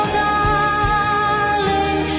darling